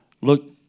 look